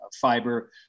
fiber